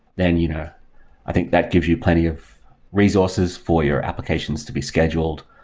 then you know i think that gives you plenty of resources for your applications to be scheduled,